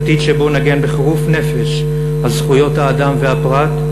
עתיד שבו נגן בחירוף נפש על זכויות האדם והפרט,